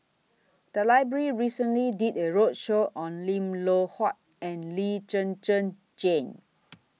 The Library recently did A roadshow on Lim Loh Huat and Lee Zhen Zhen Jane